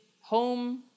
home